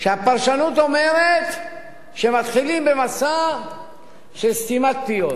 הפרשנות אומרת שמתחילים במסע של סתימת פיות.